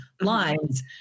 lines